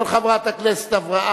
התשע"א 2011,